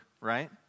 right